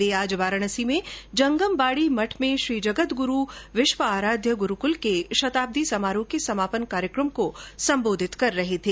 वे आज वाराणसी में जंगम बाड़ी मठ में श्री जगदगुरू विश्वाराध्य गुरूकुल के शताब्दी समारोह के समापन कार्यक्रम को संबोधित कर रहे थे